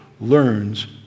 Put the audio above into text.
learns